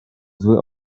zły